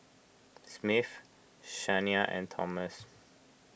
Smith Shania and Thomas